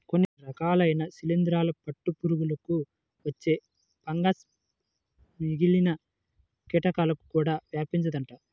కొన్ని రకాలైన శిలీందరాల పట్టు పురుగులకు వచ్చే ఫంగస్ మిగిలిన కీటకాలకు కూడా వ్యాపిస్తుందంట